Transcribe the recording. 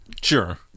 Sure